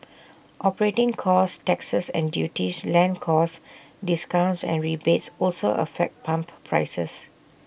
operating costs taxes and duties land costs discounts and rebates also affect pump prices